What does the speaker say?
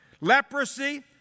leprosy